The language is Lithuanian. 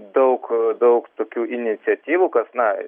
daug daug tokių iniciatyvų kas na